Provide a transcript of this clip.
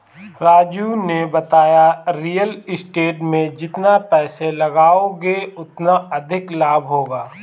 राजू ने बताया real estate में जितना पैसे लगाओगे उतना अधिक लाभ होगा